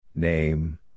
Name